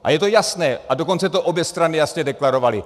A je to jasné, a dokonce to obě strany jasně deklarovaly.